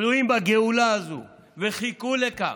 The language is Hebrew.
תלויים בגאולה הזאת, והם חיכו לכך.